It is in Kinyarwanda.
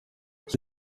ese